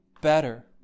better